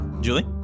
Julie